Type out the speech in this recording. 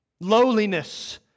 lowliness